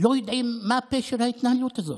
לא יודעים מה פשר ההתנהלות הזאת.